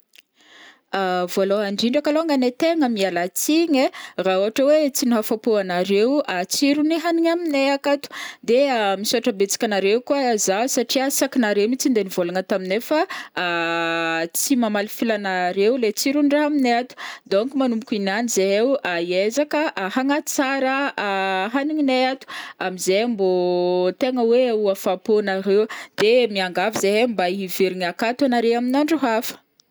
Ah vôalohany indrindra kalongany ai, tegna miala tsigny ai raha ohatra hoe tsy nahapô anaréo tsiron'ny hanigny aminay akato, de misaotra betsaka anareo koa zah satria sakinareo mihitsy nandeha nivolagna taminay fa ah tsy mamaly filànareo ilay tsiron-draha aminahy ato, donc manomboka iniany zahay o hiezaka hagnatsara hanigninay ato amzay mbô tegna hoe ho afapô anareo, de miangavy zahay mba hiverigna akato anaré amin'andro hafa.